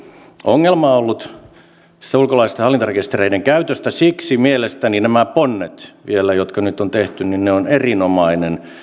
ongelma ollut näistä ulkolaisten hallintarekistereiden käytöstä siksi mielestäni nämä ponnet vielä jotka nyt on tehty ovat erinomainen